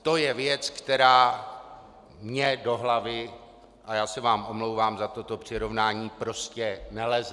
To je věc, která mně do hlavy a já se vám omlouvám za toto přirovnání prostě neleze.